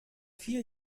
vier